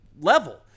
level